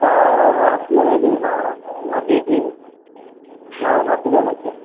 sir ಅವರು ಹತ್ತು ಜನ ಇದ್ದೇವೆ ನಾವು ಹಾಂ ಟಿ ಟಿ ನಾವೊಂದು ಹತ್ತು ಜನಕ್ಕೆ